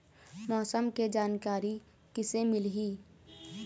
मौसम के जानकारी किसे मिलही?